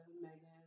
Megan